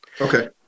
Okay